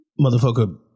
motherfucker